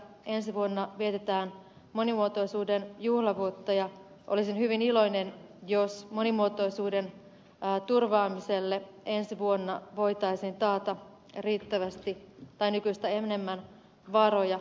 ensi vuonna vietetään monimuotoisuuden juhlavuotta ja olisin hyvin iloinen jos monimuotoisuuden turvaamiselle ensi vuonna voitaisiin taata nykyistä enemmän varoja